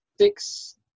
six